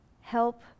Help